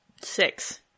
Six